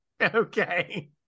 Okay